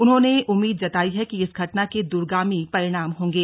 उन्होंने उम्मीद जताई है कि इस घटना के दूरगामी परिणाम होंगे